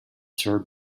served